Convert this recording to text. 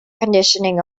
conditioning